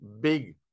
big